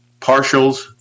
partials